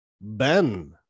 ben